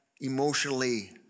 emotionally